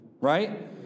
Right